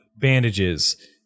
bandages